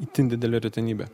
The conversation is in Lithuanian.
itin didelė retenybė